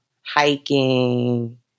hiking